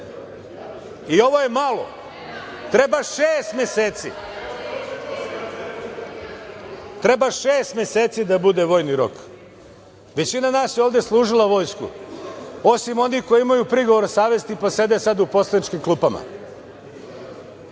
i ovo je malo treba šest meseci da bude vojni rok. Većina nas je ovde služila Vojsku osim onih kojih imaju prigovor savesti, pa sede sada u poslaničkim klupama